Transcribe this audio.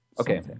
Okay